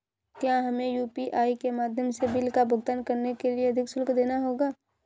क्या हमें यू.पी.आई के माध्यम से बिल का भुगतान करने के लिए अधिक शुल्क देना होगा?